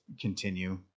continue